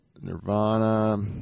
Nirvana